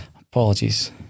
apologies